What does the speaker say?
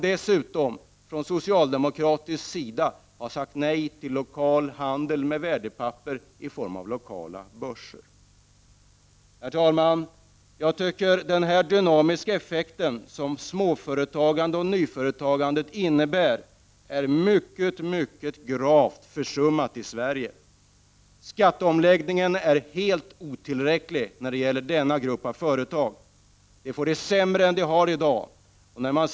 Dessutom har socialdemokraterna sagt nej till lokal handel med värdepapper i form av lokala börser. Herr talman! Den dynamiska effekten av småföretagande och nyföretagande är mycket gravt försummad i Sverige. Skatteomläggningen är helt otillräcklig för denna grupp av företag. De får det sämre än de har det i dag.